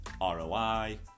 ROI